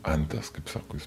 anties kaip sako jis